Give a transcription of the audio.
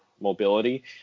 mobility